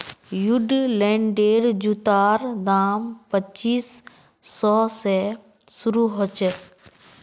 वुडलैंडेर जूतार दाम पच्चीस सौ स शुरू ह छेक